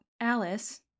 Alice